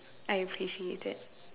I appreciate that